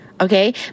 Okay